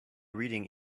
reading